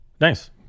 Nice